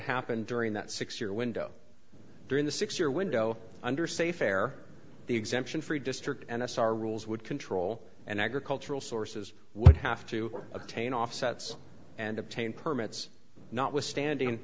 happen during that six year window during the six year window under say fair the exemption for a district and as our rules would control and agricultural sources would have to obtain offsets and obtain permits notwithstanding